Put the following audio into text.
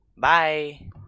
Bye